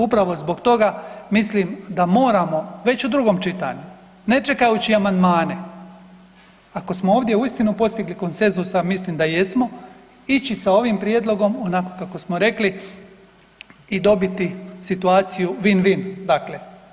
Upravo zbog toga mislim da moramo već u drugom čitanju, ne čekajući amandmane, ako smo ovdje uistinu postigli konsenzus, a mislim da jesmo, ići sa ovim prijedlogom onako kako smo rekli, i dobiti situaciju win-win, dakle.